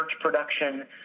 production